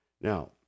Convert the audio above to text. now